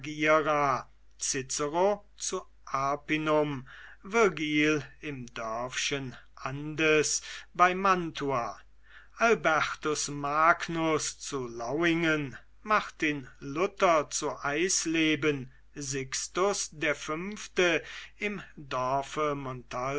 zu arpinum virgil im dörfchen andes bei mantua albertus magnus zu lauingen martin luther zu eisleben sixtus v im dorfe